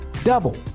Double